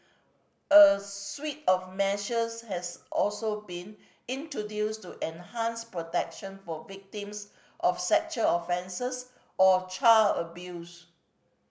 a suite of measures has also been introduced to enhance protection for victims of sexual offences or child abuse